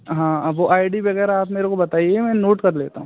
हाँ अब वह आइ डी वेगेरह आप मेरेको बताइए में नोट कर लेता हूँ